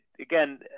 again